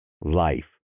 life